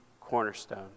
cornerstone